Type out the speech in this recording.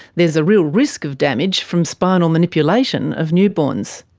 there is a real risk of damage from spinal manipulation of newborns.